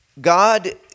God